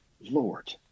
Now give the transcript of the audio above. Lord